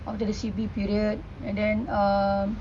after the C_V period and then um